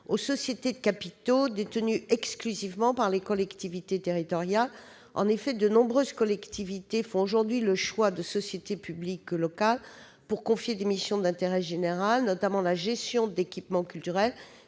aux sociétés de capitaux détenues exclusivement par les collectivités territoriales. En effet, de nombreuses collectivités font aujourd'hui le choix de confier à des sociétés publiques locales des missions d'intérêt général, notamment la gestion d'équipements culturels